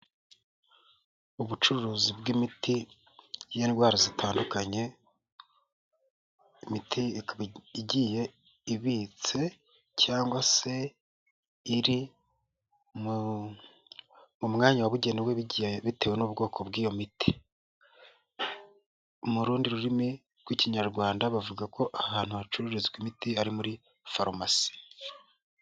Ubucuruzi bw'imiti y'indwara zitandukanye imiti ikaba igiye ibitse cyangwa se iri mu mwanya wabugenewe bitewe n'ubwoko bw'iyo miti, mu rundi rurimi rw'ikinyarwanda bavuga ko ahantu hacururizwa imiti ari muri farumasi.